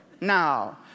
Now